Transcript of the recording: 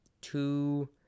two